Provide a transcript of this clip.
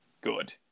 good